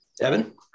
Evan